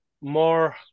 more